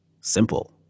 simple